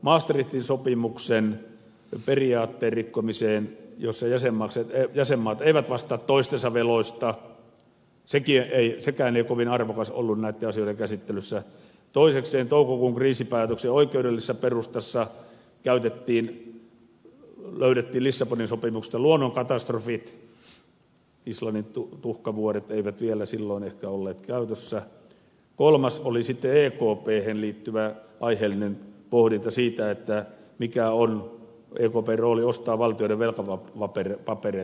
maastrichtin sopimuksen periaatteen rikkomiseen jossa jäsenmaat eivät vastaa toistensa veloista sekään ei kovin arvokas ollut näiden asioiden käsittelyssä toisekseen toukokuun kriisipäätöksen oikeudellisessa perustassa löydettiin lissabonin sopimuksesta luonnonkatastrofit islannin tuhkavuoret eivät vielä silloin ehkä olleet käytössä kolmas oli sitten ekphen liittyvä aiheellinen pohdinta siitä mikä on ekpn rooli ostaa valtioiden velkapapereita salkkuunsa